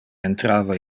entrava